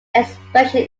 expression